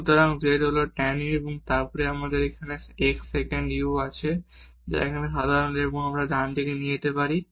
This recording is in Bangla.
সুতরাং z হল tan u এবং তারপর আমাদের এখানে x সেকেন্ড u আছে যা এখানে সাধারণ আমরা ডান দিকে নিয়ে আসতে পারি